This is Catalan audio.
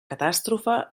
catàstrofe